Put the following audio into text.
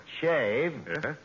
shave